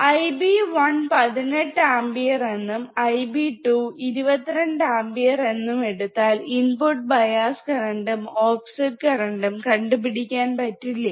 Ib1 18 Ampere എന്നും Ib2 22 Ampere എന്നും എടുത്താൽ ഇൻപുട്ട് ബയാസ് കറണ്ടും ഓഫ്സെറ്റ് കറണ്ടും കണ്ടുപിടിക്കാൻ പറ്റില്ലേ